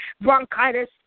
bronchitis